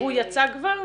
הוא יצא כבר?